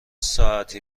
ساعتی